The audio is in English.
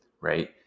right